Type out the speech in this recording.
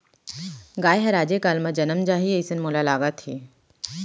गाय हर आजे काल म जनम जाही, अइसन मोला लागत हे